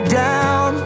down